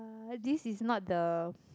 this is not the